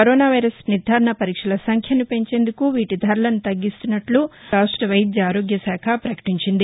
corona virus నిర్దారణ పరీక్షల సంఖ్యను పెంచేందుకు వీటి ధరలను తగ్గిస్తున్నట్టు రాష్ట వైద్య ఆరోగ్య శాఖ ప్రకటించింది